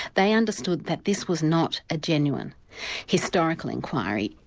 they understood that this was not a genuine historical inquiry,